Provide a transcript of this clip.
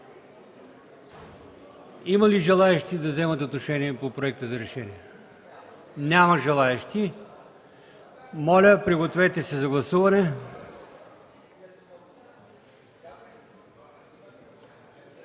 Има ли желаещи да вземат отношение по Проекта за решение? Няма желаещи. Моля, подгответе се за гласуване.